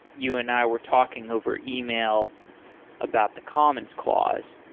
you and i were talking over email about the commons clause,